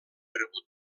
rebut